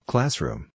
Classroom